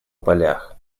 полях